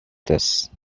this